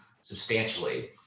substantially